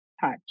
touch